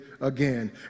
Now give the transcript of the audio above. again